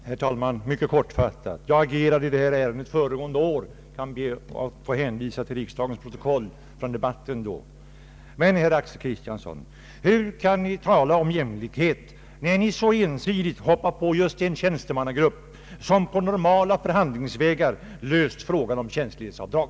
Herr talman! Jag skall fatta mig mycket kort. Jag agerade i detta ärende förra året och ber att få hänvisa till riksdagens protokoll från den debatten. Hur kan Ni, herr Axel Kristiansson, tala om jämlikhet när Ni så ensidigt ”hoppar på” en tjänstemannagrupp, som på normala förhandlingsvägar löst frågan om tjänstledighetsavdrag?